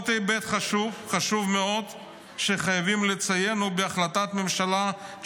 עוד היבט חשוב מאוד שחייבים לציין הוא בהחלטת ממשלה 1996